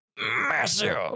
MASSIVE